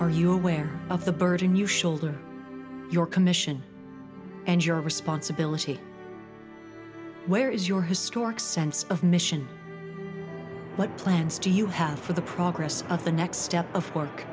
are you aware of the burden you shoulder your commission and your responsibility where is your historic sense of mission what plans do you have for the progress of the next step